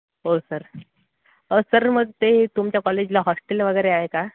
हो sir sir मग ते तुमच्या कॉलेजला हॉस्टेल वगैरे आहे का